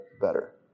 better